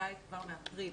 האמריקאי כבר מאפריל